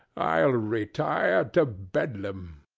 i'll retire to bedlam.